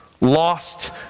lost